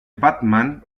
batman